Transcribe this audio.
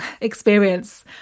experience